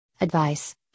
Advice